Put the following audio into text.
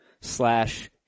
slash